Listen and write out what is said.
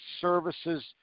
services